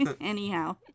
Anyhow